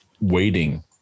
waiting